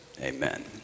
amen